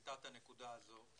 העלתה את הנקודה הזאת.